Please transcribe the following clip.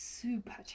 super